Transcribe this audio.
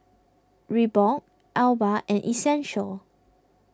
Reebok Alba and Essential